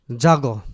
jago